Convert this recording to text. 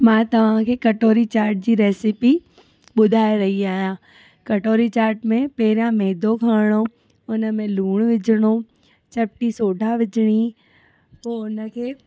मां तव्हांखे कटोरी चाट जी रेसिपी ॿुधाए रही आहियां कटोरी चाट में पहिरिययों मैदो खणिणो उन में लूणु विझिणो चपटी सोडा विझिणी पोइ उन खे